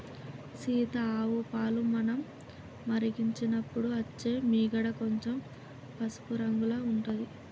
సీత ఆవు పాలు మనం మరిగించినపుడు అచ్చే మీగడ కొంచెం పసుపు రంగుల ఉంటది